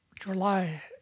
July